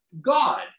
God